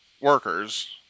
workers